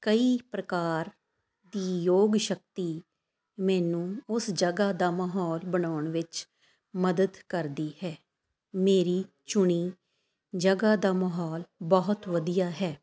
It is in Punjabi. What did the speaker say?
ਕਈ ਪ੍ਰਕਾਰ ਦੀ ਯੋਗ ਸ਼ਕਤੀ ਮੈਨੂੰ ਉਸ ਜਗ੍ਹਾ ਦਾ ਮਾਹੌਲ ਬਣਾਉਣ ਵਿੱਚ ਮਦਦ ਕਰਦੀ ਹੈ ਮੇਰੀ ਚੁਣੀ ਜਗ੍ਹਾ ਦਾ ਮਾਹੌਲ ਬਹੁਤ ਵਧੀਆ ਹੈ